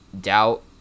doubt